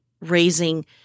raising